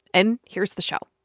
and here's the show